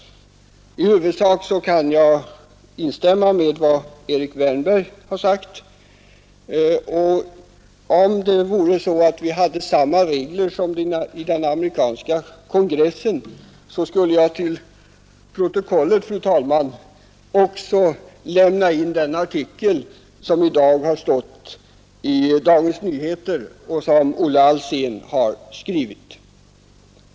I huvudsak kan jag instämma i vad Erik Wärnberg sade i sitt anförande. Om vi hade samma regler som i den amerikanska kongressen, skulle jag till protokollet, fru talman, lämna in den artikel av Olle Alsén som i dag har stått i Dagens Nyheter.